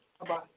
Bye-bye